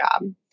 job